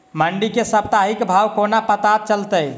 मंडी केँ साप्ताहिक भाव कोना पत्ता चलतै?